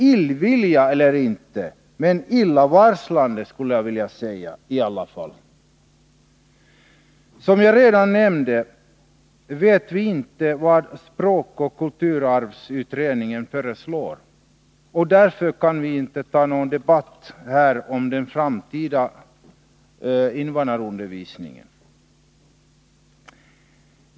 Illvilja eller inte, illavarslande vill jag i alla fall kalla moderaternas ståndpunkt. Som jag redan har nämnt vet vi inte vad språkoch kulturarvsutredningen kommer att föreslå. Därför kan vi inte här föra någon debatt om den framtida invandrarundervisningen.